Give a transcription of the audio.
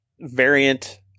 variant